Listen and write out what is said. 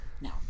No